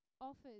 offers